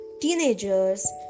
teenagers